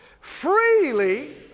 Freely